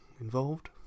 involved